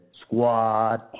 Squad